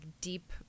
deep